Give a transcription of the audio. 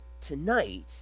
tonight